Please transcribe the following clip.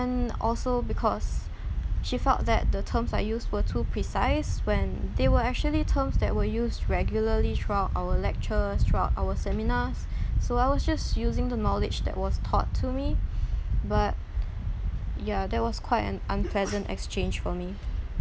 and also because she felt that the terms I used were too precise when they were actually terms that were used regularly throughout our lecture throughout our seminars so I was just using the knowledge that was taught to me but ya that was quite an unpleasant exchange for me